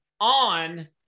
on